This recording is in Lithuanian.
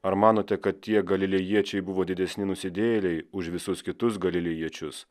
ar manote kad tie galilėjiečiai buvo didesni nusidėjėliai už visus kitus galilėjiečius